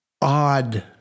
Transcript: odd